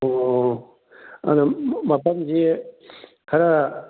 ꯑꯣ ꯑꯗꯣ ꯃꯐꯝꯁꯦ ꯈꯔ